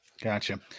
Gotcha